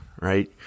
right